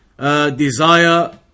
desire